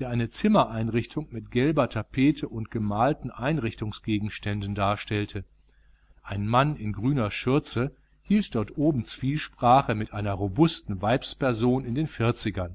der eine zimmereinrichtung mit gelber tapete und gemalten einrichtungsgegenständen darstellte ein mann in grüner schürze hielt dort oben zwiesprache mit einer robusten weibsperson in den vierzigern